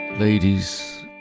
Ladies